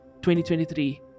2023